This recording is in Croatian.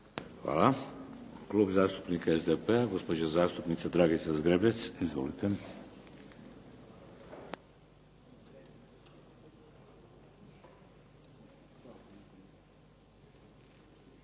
Hvala. Klub zastupnika SDP-a gospođa zastupnica Dragica Zgrebec. Izvolite.